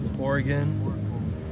Oregon